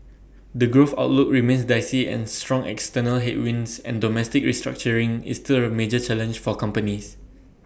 the growth outlook remains dicey and strong external headwinds and domestic restructuring is still A major challenge for companies